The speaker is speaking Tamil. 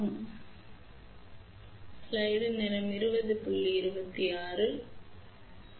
எனவே இந்த குறிப்பிட்ட சுற்று முடிவைப் பார்ப்போம்